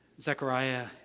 Zechariah